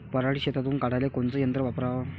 पराटी शेतातुन काढाले कोनचं यंत्र वापराव?